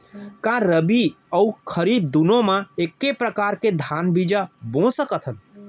का रबि अऊ खरीफ दूनो मा एक्के प्रकार के धान बीजा बो सकत हन?